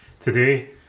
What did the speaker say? today